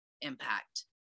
impact